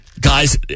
guys